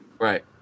Right